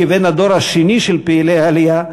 כבן הדור השני של פעילי העלייה,